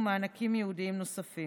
ומענקים ייעודיים נוספים.